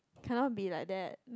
cannot be like that